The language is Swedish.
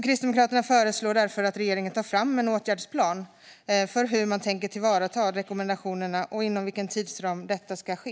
Kristdemokraterna föreslår därför att regeringen tar fram en åtgärdsplan för hur man tänker tillvarata rekommendationerna och inom vilken tidsram detta ska ske.